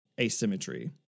asymmetry